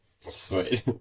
Sweet